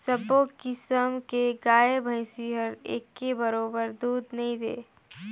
सबो किसम के गाय भइसी हर एके बरोबर दूद नइ दे